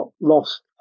lost